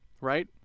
right